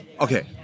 Okay